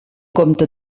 compte